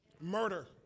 Murder